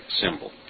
symbol